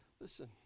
listen